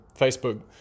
Facebook